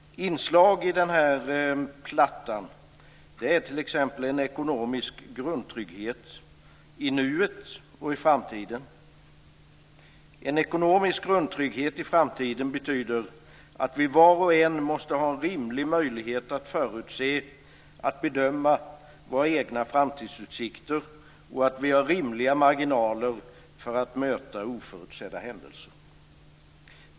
Inslag i den plattan är t.ex. en ekonomisk grundtrygghet i nuet och i framtiden. En ekonomisk grundtrygghet i framtiden betyder att vi var och en måste ha en rimlig möjlighet att förutse, att bedöma, våra egna framtidsutsikter och att vi har rimliga marginaler för att möta oförutsedda händelser.